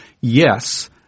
Yes